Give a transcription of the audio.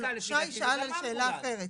אני חושבת ששי שאל על שאלה אחרת,